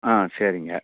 ஆ சரிங்க